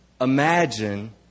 Imagine